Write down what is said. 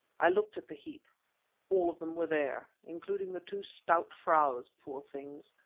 i looked at the heap all of them were there, including the two stout fraus, poor things.